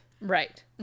Right